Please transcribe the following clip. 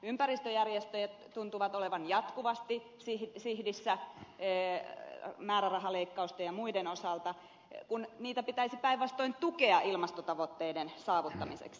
ympäristöjärjestöt tuntuvat olevan jatkuvasti sihdissä määrärahaleikkausten ja muiden osalta kun niitä pitäisi päinvastoin tukea ilmastotavoitteiden saavuttamiseksi